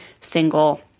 single